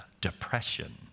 depression